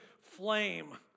flame